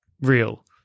Real